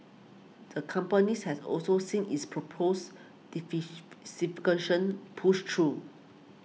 the companies has also seen its proposed pushed through